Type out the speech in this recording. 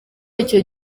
icyo